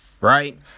Right